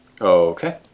Okay